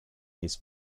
his